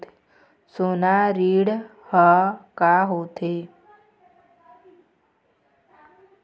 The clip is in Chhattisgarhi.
सोना ऋण हा का होते?